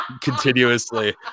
continuously